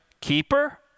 keeper